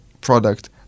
product